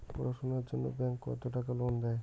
পড়াশুনার জন্যে ব্যাংক কত টাকা লোন দেয়?